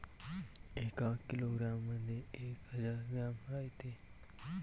एका किलोग्रॅम मंधी एक हजार ग्रॅम रायते